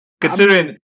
Considering